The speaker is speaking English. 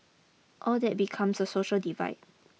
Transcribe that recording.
all that becomes a social divide